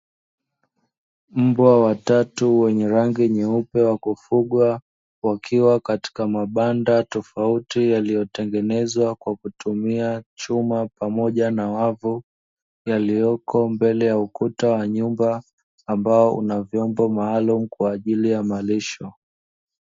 Mbwa watatu wenye rangi nyeupe wa kufugwa wakiwa katika mabanda tofauti yaliyotengenezwa kwa kutumia chuma pamoja na wavu, yaliyoko mbele ya ukuta wa nyumba, ambao una vyombo maalumu kwa ajili ya malisho.